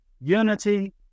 Unity